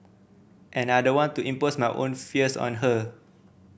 and I don't want to impose my own fears on her